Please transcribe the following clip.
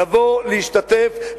לבוא להשתתף,